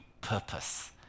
purpose